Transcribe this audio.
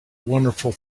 wonderful